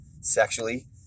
sexually